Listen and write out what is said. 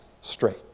straight